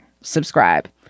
Subscribe